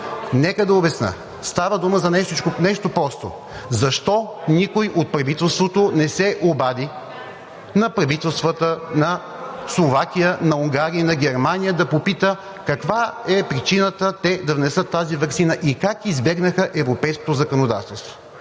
Нека да обясня. Става дума за нещо по-остро: защо никой от правителството не се обади на правителствата на Словакия, на Унгария и на Германия да попита каква е причината те да внесат тази ваксина и как избегнаха европейското законодателство?